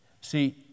See